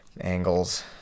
Angles